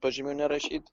pažymių nerašyt